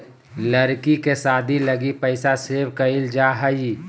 लड़की के शादी लगी पैसा सेव क़इल जा हइ